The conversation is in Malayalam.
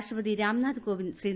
രാഷ്ട്രപതി രാംനാഥ് കോവിന്ദ് ശ്രീ